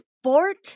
sport